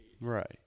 Right